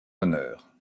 honneur